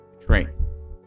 train